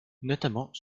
notamment